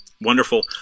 Wonderful